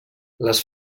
les